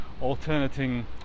alternating